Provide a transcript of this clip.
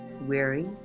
weary